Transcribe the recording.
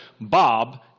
bob